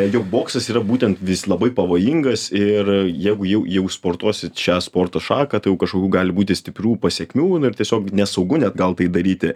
jog boksas yra būtent jis labai pavojingas ir jeigu jau jau sportuosi šią sporto šaką tai jau kažkokių gali būti stiprių pasekmių na ir tiesiog nesaugu net gal tai daryti